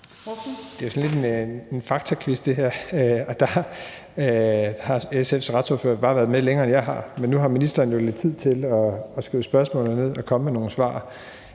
Det er jo sådan lidt en faktaquiz det her. SF's retsordfører har bare været med, længere end jeg har. Men nu har ministeren jo lidt tid til at skrive spørgsmålene ned og komme med nogle svar.